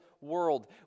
world